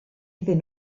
iddyn